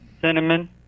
cinnamon